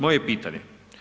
Moje je pitanje.